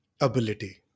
ability